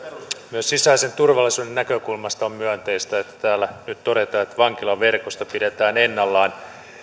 myös sisäisen turvallisuuden näkökulmasta on myönteistä että täällä nyt todetaan että vankilaverkosto pidetään ennallaan